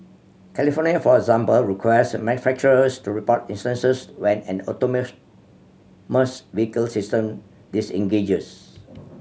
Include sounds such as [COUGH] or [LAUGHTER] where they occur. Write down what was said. California for example requires manufacturers to report instances when an [UNINTELLIGIBLE] vehicle system disengages